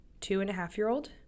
two-and-a-half-year-old